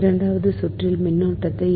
இரண்டாவது சுற்றில் மின்னோட்டத்திற்கு